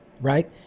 right